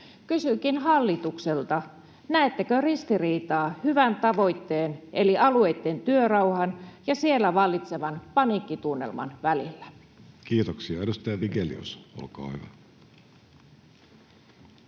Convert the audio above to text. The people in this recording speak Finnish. Kysynkin hallitukselta: näettekö ristiriitaa hyvän tavoitteen eli alueitten työrauhan ja siellä vallitsevan paniikkitunnelman välillä? Kiitoksia. — Edustaja Vigelius, olkaa hyvä.